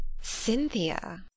Cynthia